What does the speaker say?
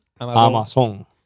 Amazon